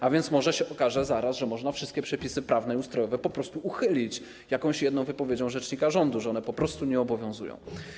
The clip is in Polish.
A więc może zaraz się okaże, że można wszystkie przepisy prawne i ustrojowe po prostu uchylić jakąś jedną wypowiedzią rzecznika rządu, że one po prostu nie obowiązują.